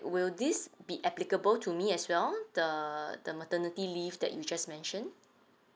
will this be applicable to me as well the the maternity leave that you just mentioned